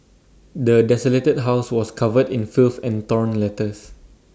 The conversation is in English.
the desolated house was covered in filth and torn letters